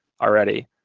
already